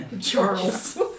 Charles